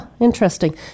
Interesting